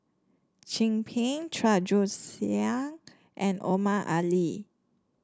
Chin Peng Chua Joon Siang and Omar Ali